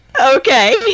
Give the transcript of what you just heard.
Okay